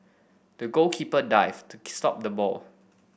the goalkeeper dived to stop the ball